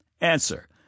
Answer